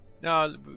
No